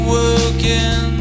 again